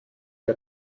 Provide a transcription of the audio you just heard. war